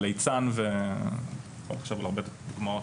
אני מקריאה את (ב).